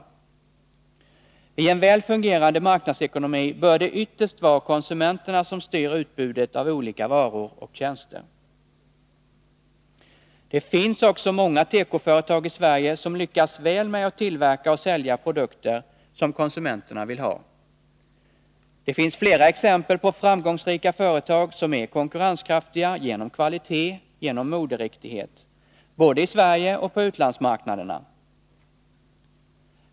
I en väl fungerande marknadsekonomi bör det ytterst vara konsumenterna som styr utbudet av olika varor och tjänster. Det finns också många tekoföretag i Sverige som lyckas väl med att tillverka och sälja produkter som konsumenterna vill ha. Det finns flera exempel på framgångsrika företag som är konkurrenskraftiga genom kvalitet och moderiktighet, både i Sverige och på utlandsmarknaderna.